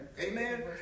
Amen